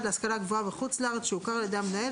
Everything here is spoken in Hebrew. להשכלה גבוהה בחוץ לארץ שהוכר על ידי המנהל,